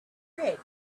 red